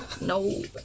no